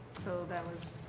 so that would